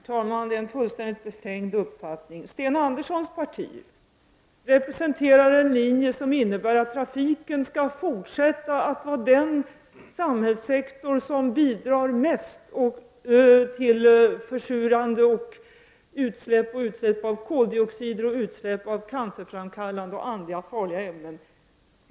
Herr talman! Det är en fullständigt befängd uppfattning. Sten Anderssons parti representerar en linje som innebär att trafiken skall fortsätta att vara den samhällssektor som mest bidrar till försurande utsläpp och utsläpp av koldioxid, cancerframkallande och andra farliga ämnen.